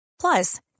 Plus